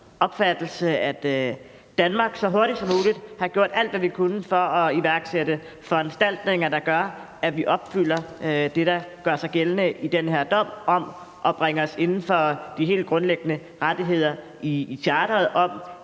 opfattelse, at Danmark så hurtigt som muligt har gjort alt, hvad vi kunne, for at iværksætte foranstaltninger, der gør, at vi opfylder det, der gør sig gældende i den her dom, om at bringe os inden for de helt grundlæggende rettigheder i charteret om,